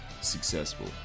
successful